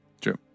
True